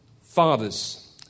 Fathers